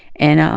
and